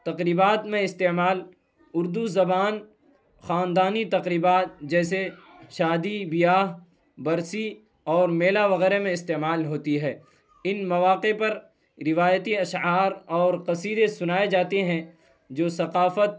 تقریبات میں استعمال اردو زبان خاندانی تقریبات جیسے شادی بیاہ برسی اور میلہ وغیرہ میں استعمال ہوتی ہے ان مواقع پر روایتی اشعار اور قصیدے سنائے جاتے ہیں جو ثقافت